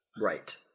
Right